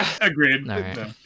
Agreed